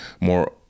more